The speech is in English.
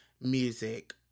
Music